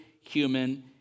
human